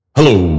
Hello